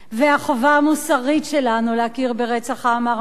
והחובה המוסרית שלנו להכיר ברצח העם הארמני,